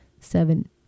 Seven